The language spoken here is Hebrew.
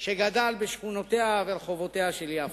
שגדל בשכונותיה של יפו.